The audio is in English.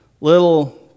little